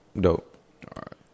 Dope